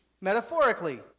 metaphorically